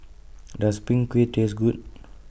Does Png Kueh Taste Good